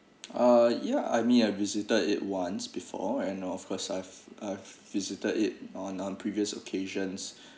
uh yeah I mean I visited it once before and of course I've I've visited it on on previous occasions